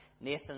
Nathan